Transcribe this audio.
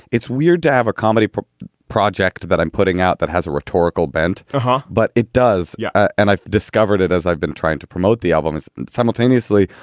it's weird to have a comedy project that i'm putting out that has a rhetorical bent. but but it does. yeah and i've discovered it as i've been trying to promote the album simultaneously.